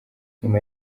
nyuma